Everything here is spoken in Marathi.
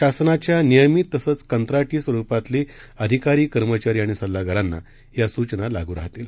शासनाच्यानियमिततसंचकंत्राटीस्वरुपातीलअधिकारी कर्मचारी सल्लागारांनायासूचनालागूराहतील